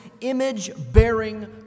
image-bearing